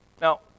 Now